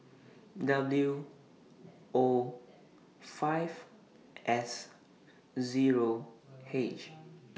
W O five S Zero H